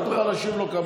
תוכל להשיב לו,